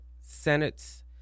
Senate's